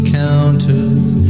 counters